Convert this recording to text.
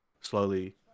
slowly